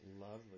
lovely